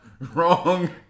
Wrong